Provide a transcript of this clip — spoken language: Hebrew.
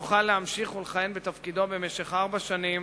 המוצע יוכל להמשיך לכהן בתפקידו במשך ארבע שנים,